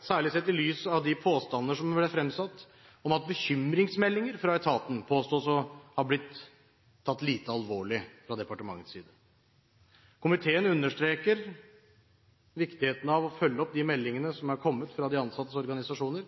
særlig sett i lys av de påstander som ble fremsatt om at bekymringsmeldinger fra etaten påstås å ha blitt tatt lite alvorlig fra departementets side. Komiteen understreker viktigheten av å følge opp de meldingene som er kommet fra de ansattes organisasjoner